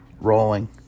rolling